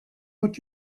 what